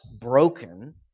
broken